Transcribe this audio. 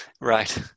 Right